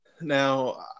Now